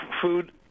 food